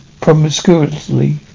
promiscuously